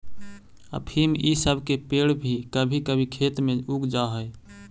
अफीम इ सब के पेड़ भी कभी कभी खेत में उग जा हई